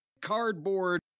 cardboard